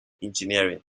engineering